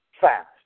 fast